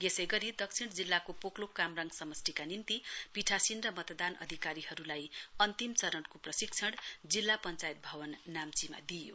यसै गरी दक्षिण जिल्लाको पोकलोक कामराङ समष्टिका निम्ति पीठासीन र मतदान अधिकारीहरूलाई अन्तिम चरणको प्रशिक्षण जिल्ला पञ्चायत भवन चाम्चीमा दिइयो